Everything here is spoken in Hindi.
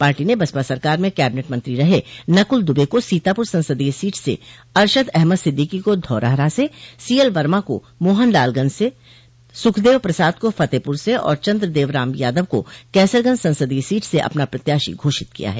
पार्टी ने बसपा सरकार में कैबिनेट मंत्री रहे नकुल दुबे को सीतापुर संसदीय सीट से अरशद अहमद सिद्दीकी को धौरहरा से सीएल वर्मा को मोहनलालगंज से सुखदेव प्रसाद को फतेहपुर से और चन्द्रदेव राम यादव को कैसरगंज संसदीय सीट से अपना प्रत्याशी घोषित किया है